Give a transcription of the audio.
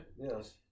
Yes